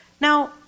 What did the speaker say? Now